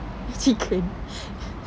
chicken